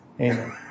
Amen